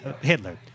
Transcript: Hitler